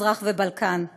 המזרח והבלקן שנעלמו.